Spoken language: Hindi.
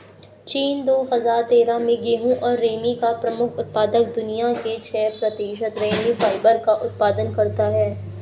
चीन, दो हजार तेरह में गेहूं और रेमी का प्रमुख उत्पादक, दुनिया के छह प्रतिशत रेमी फाइबर का उत्पादन करता है